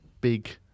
big